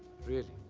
really.